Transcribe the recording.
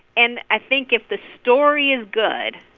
and i think if the story is good,